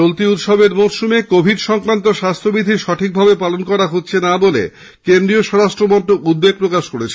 চলতি উৎসবের মরসুমে কোভিড সংক্রান্ত স্বাস্থ্যবিধি সঠিকভাবে পালন করা হচ্ছে না বলে কেন্দ্রীয় স্বরাষ্ট্রমন্ত্রক উদ্বেগ প্রকাশ করেছে